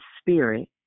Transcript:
spirit